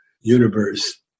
universe